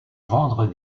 vendre